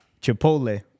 Chipotle